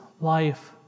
life